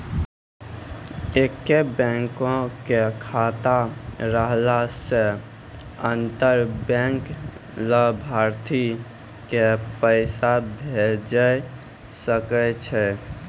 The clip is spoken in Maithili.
एक्के बैंको के खाता रहला से अंतर बैंक लाभार्थी के पैसा भेजै सकै छै